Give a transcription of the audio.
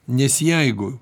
nes jeigu